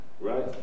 Right